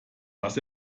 was